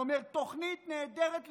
והוא אמר: תוכנית נהדרת לישראל.